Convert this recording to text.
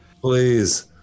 please